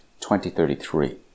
2033